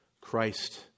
Christ